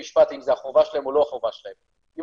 משפט אם זה החובה שלהם או לא החובה שלהם.